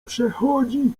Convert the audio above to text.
przechodzi